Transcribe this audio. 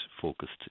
focused